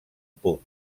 punt